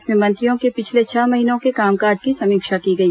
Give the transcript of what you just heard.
इसमें मंत्रियों के पिछले छह महीनों के कामकाज की समीक्षा की गई